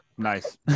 Nice